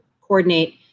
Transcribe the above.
coordinate